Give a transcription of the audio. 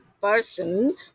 person